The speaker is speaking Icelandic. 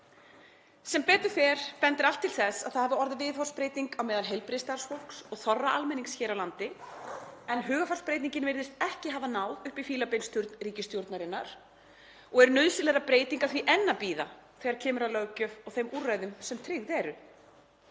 Sem betur fer bendir allt til þess að það hafi orðið viðhorfsbreyting meðal heilbrigðisstarfsfólks og þorra almennings hér á landi en hugarfarsbreytingin virðist ekki hafa náð upp í fílabeinsturn ríkisstjórnarinnar og er nauðsynlegra breytinga því enn að bíða þegar kemur að löggjöf og þeim úrræðum sem tryggð eru.